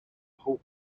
whole